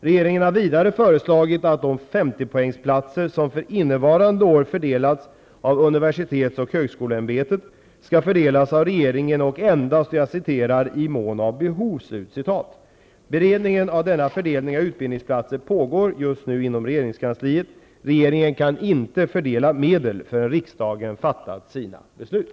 Regeringen har vidare föreslagit att de 50-poängsplatser som för innevarande år har fördelats av universitets och högskoleämbetet skall fördelas av regeringen och endast ''i mån av behov''. Beredning av denna fördelning av utbildningsplatser pågår inom regeringskansliet. Regeringen kan inte fördela medel förrän riksdagen har fattat sina beslut.